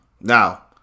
Now